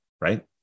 Right